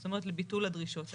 זאת אומרת לביטול הדרישות האלה.